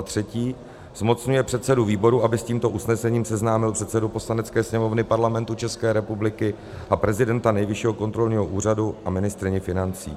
3. zmocňuje předsedu výboru, aby s tímto usnesením seznámil předsedu Poslanecké sněmovny Parlamentu České republiky a prezidenta Nejvyššího kontrolního úřadu a ministryni financí.